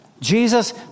Jesus